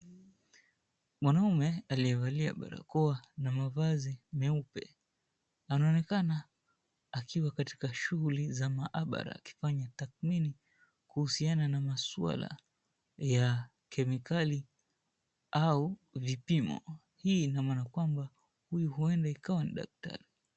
Mwanaume aliyevalia barakoa na mavazi meupe, anaonekana akiwa katika shughuli za maabara , akifanya takhmini kuhusiana na maswala ya kemikali au vipimo. Hii ina maana kwamba huyu huenda ni daktari.